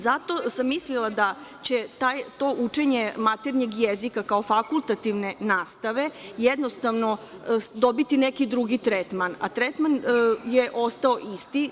Zato sam mislila da će to učenje maternjeg jezika kao fakultativne nastave jednostavno dobiti neki drugi tretman, a tretman je ostao isti.